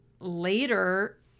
later